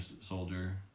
Soldier